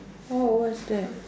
oh what's that